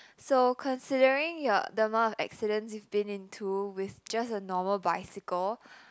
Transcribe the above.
so considering your the amount of accidents you've been into with just a normal bicycle